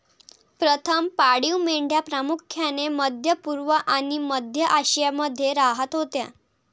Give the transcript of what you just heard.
प्रथम पाळीव मेंढ्या प्रामुख्याने मध्य पूर्व आणि मध्य आशियामध्ये राहत होत्या